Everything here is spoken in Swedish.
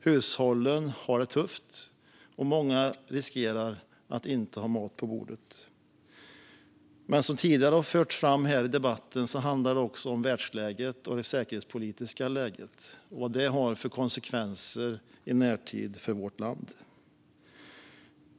Hushållen har det tufft, och många riskerar att inte ha mat på bordet. Som tidigare har förts fram här i debatten handlar det också om världsläget och det säkerhetspolitiska läget och om vilka konsekvenser detta har i närtid för vårt land.